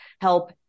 help